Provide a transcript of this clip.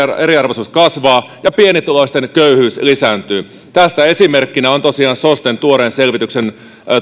eriarvoisuus kasvaa ja pienituloisten köyhyys lisääntyy tästä esimerkkinä ovat tosiaan sosten tuoreen selvityksen